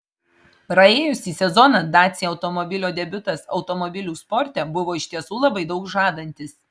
praėjusį sezoną dacia automobilio debiutas automobilių sporte buvo iš tiesų labai daug žadantis